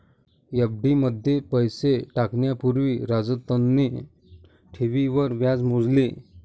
FD मध्ये पैसे टाकण्या पूर्वी राजतने ठेवींवर व्याज मोजले